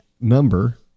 number